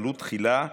"עלו תחילה בנגב".